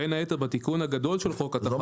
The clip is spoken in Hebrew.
בין היתר בתיקון הגדול של חוק התחרות.